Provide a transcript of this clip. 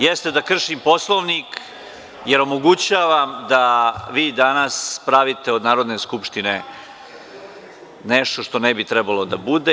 Jeste da kršim Poslovnik, jer omogućavam da vi danas pravite od Narodne skupštine i od ove sednice nešto što ne bi trebalo da bude.